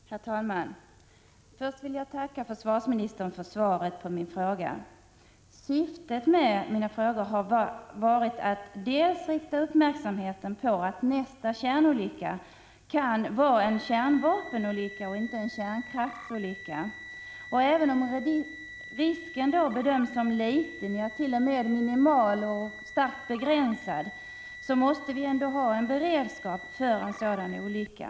Herr talman! Först vill jag tacka försvarsministern för svaret på min fråga. Syftet med min fråga var att rikta uppmärksamheten på att nästa kärnolycka kan vara en kärnvapenolycka och inte en kärnkraftsolycka. Även om risken kan bedömas som liten, t.o.m. minimal, och starkt begränsad måste vi ha en beredskap för en sådan olycka.